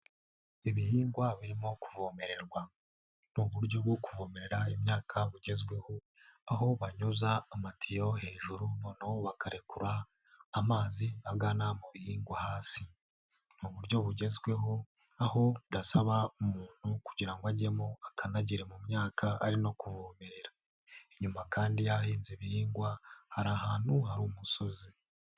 Ibihingwa birimo kuvomererwa. Ni uburyo bwo kuvomerera imyaka bugezweho aho banyuza amatiyo hejuru noneho bakarekura amazi agana mu bihingwa hasi mu buryo bugezweho aho budasaba umuntu kugira ngo ajyemo akandgire mu myaka ari no kuvomerera. Inyuma kandi y'ahahinze ibihingwa hari ahantu hari umusozi.